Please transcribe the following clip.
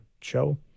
show